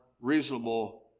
reasonable